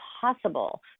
possible